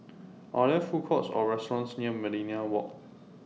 Are There Food Courts Or restaurants near Millenia Walk